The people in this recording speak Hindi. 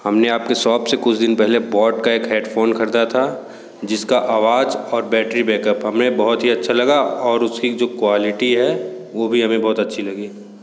हम ने आप के सॉप से कुछ दिन पहले बोट का एक हेडफ़ोन ख़रीदा था जिस का आवाज़ और बैट्री बैकअप हमें बहुत ही अच्छा लगा और उसकी जो क्वालिटी है वो भी हमें बहुत अच्छी लगी